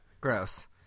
Gross